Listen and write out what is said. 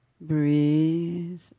Breathe